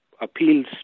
appeals